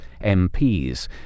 MPs